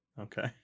Okay